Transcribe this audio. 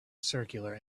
circular